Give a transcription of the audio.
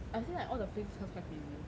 I got see like all the physics class quite crazy